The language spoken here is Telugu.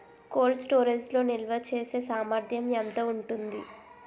కోల్డ్ స్టోరేజ్ లో నిల్వచేసేసామర్థ్యం ఎంత ఉంటుంది?